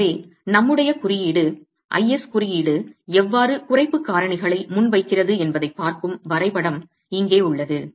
எனவே நம்முடைய குறியீடு IS குறியீடு எவ்வாறு குறைப்பு காரணிகளை முன்வைக்கிறது என்பதைப் பார்க்கும் வரைபடம் இங்கே உள்ளது